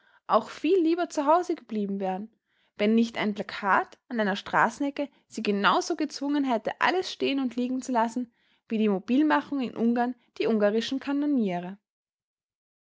auch viel lieber zuhause geblieben wären wenn nicht ein plakat an einer straßenecke sie genau so gezwungen hätte alles stehen und liegen zu lassen wie die mobilmachung in ungarn die ungarischen kanoniere